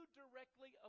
directly